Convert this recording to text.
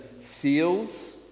seals